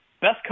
best